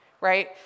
right